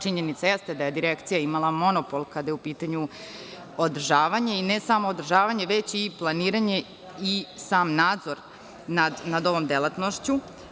Činjenica jeste da je direkcija imala monopol kada je u pitanju održavanje i ne samo održavanje, već i planiranje i sam nadzor nad ovom delatnošću.